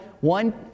one